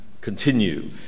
continue